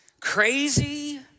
crazy